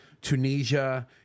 Tunisia